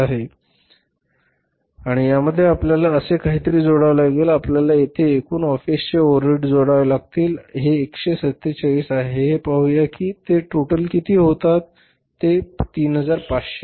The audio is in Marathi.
ही फॅक्टरी काॅस्ट होती आणि यामध्ये आपल्याला असे काहीतरी जोडावे लागेल आपल्याला येथे एकूण ऑफिसचे ओव्हरहेड्स जोडावे लागतील आणि हे 147 आहे हे पाहूया की ते टोटल किती होतात ते 3500 आहे